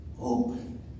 open